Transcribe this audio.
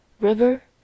River